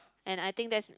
and I think that's